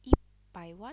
一百万